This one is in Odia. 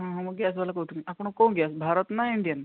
ହଁ ହଁ ମୁଁ ଗ୍ୟାସ୍ ବାଲା କହୁଥିଲି ଆପଣଙ୍କ କେଉଁ ଗ୍ୟାସ ଭାରତ ନା ଇଣ୍ଡିଆନ୍